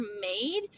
made